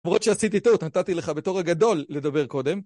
למרות שעשיתי טעות, נתתי לך בתור הגדול לדבר קודם.